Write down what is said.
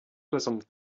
soixante